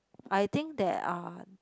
I think there are